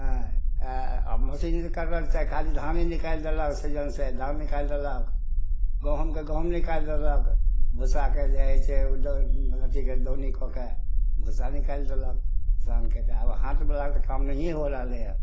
आओर मशीनसे काटै छै खाली धाने निकालि देलक थ्रेसरसे धान निकालि देलक गहूमके गहूम निकालि देलक भुस्साके जे होइ छै अथी दौनी कऽके भुस्सा निकालि देलक किसानके तऽ आब हाथवला तऽ काम नहिए हो रहलै हँ